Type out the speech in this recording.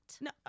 No